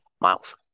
miles